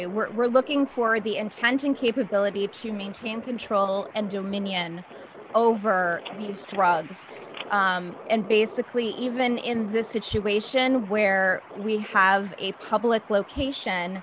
we're looking for the intention capability to maintain control and dominion over these drugs and basically even in this situation where we have a public location